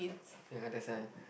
ya that's why